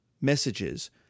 messages